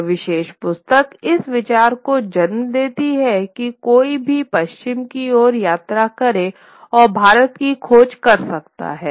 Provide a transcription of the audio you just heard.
यह विशेष पुस्तक इस विचार को जन्म देती है कि कोई भी पश्चिम की ओर यात्रा करें और भारत की खोज कर सकता है